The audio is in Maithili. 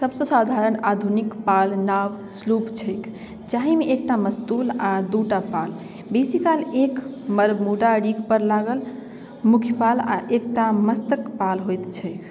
सबसँ साधारण आधुनिक पाल नाव स्लूप छै जाहिमे एकटा मस्तूल आओर दुइ टा पाल बेसीकाल एक बरमूडा रिगपर लागल मुख्य पाल आओर एक टा मस्तक पाल होइत छै